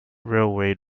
railway